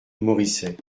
moricet